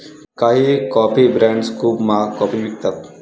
काही coffee brands खूप महाग कॉफी विकतात